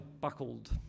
buckled